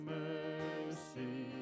mercy